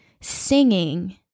singing